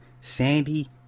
Sandy